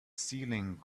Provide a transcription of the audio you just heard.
ceiling